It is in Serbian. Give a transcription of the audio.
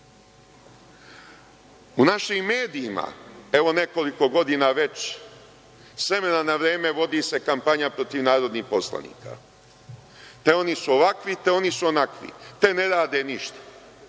našim medijima, evo nekoliko godina već, s vremena na vreme, vodi se kampanja protiv narodnih poslanika. Te oni su ovakvi, te oni su onakvi, te ne rade ništa.